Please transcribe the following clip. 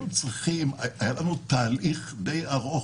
היה לנו תהליך די ארוך,